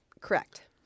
Correct